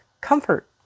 comfort